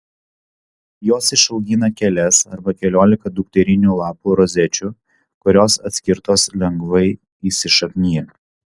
jos išaugina kelias arba keliolika dukterinių lapų rozečių kurios atskirtos lengvai įsišaknija